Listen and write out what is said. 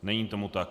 Není tomu tak.